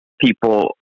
people